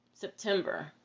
September